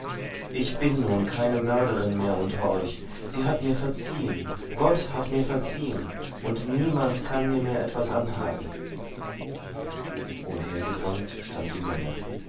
ich bin nun keine mörderin mehr unter euch sie hat mir verziehen gott hat mir verziehen und niemand kann mir mehr etwas anhaben umhergedrängt stand die menge